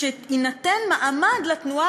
שאתם נותנים במה,